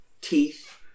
Teeth